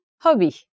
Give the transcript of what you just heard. hobby